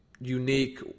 unique